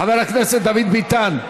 חבר הכנסת דוד ביטן,